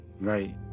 Right